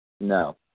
No